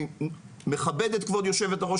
אני מכבד את כבוד היושבת-ראש,